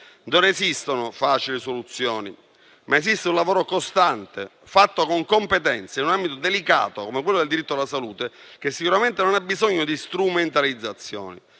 Non esistono facili soluzioni, ma esiste un lavoro costante, fatto con competenza in un ambito delicato come quello del diritto alla salute, che sicuramente non ha bisogno di strumentalizzazioni,